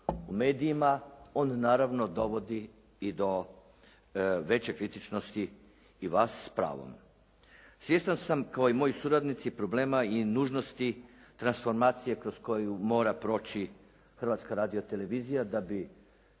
u medijima on naravno dovodi i do veće kritičnosti i vas s pravom. Svjestan sam kao i moji suradnici, problema i nužnosti transformacije kroz koju mora proći Hrvatska radiotelevizija da bi